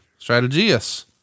Strategius